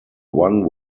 one